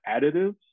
additives